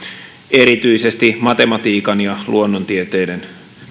erityisesti matematiikan ja luonnontieteiden